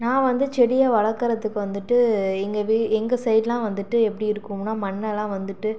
நான் வந்து செடியை வளர்க்கறதுக்கு வந்துவிட்டு எங்கள் வி எங்கள் சைட்லாம் வந்துவிட்டு எப்படி இருக்கும்னா மண்ணெல்லாம் வந்துவிட்டு